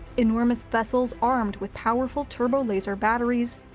enormous vessels armed with powerful turbolaser batteries,